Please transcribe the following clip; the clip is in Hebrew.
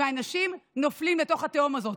ואנשים נופלים לתוך התהום הזאת.